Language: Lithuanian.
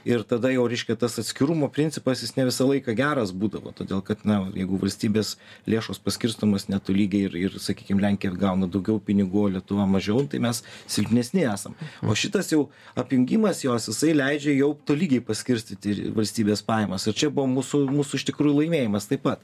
ir tada jau reiškia tas atskirumo principas jis ne visą laiką geras būdavo todėl kad na jeigu valstybės lėšos paskirstomos netolygiai ir ir sakykim lenkija gauna daugiau pinigų o lietuva mažiau tai mes silpnesni esam o šitas jau apjungimas jos jisai leidžia jau tolygiai paskirstyti valstybės pajamas o čia buvo mūsų mūsų iš tikrųjų laimėjimas taip pat